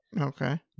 Okay